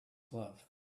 glove